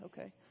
Okay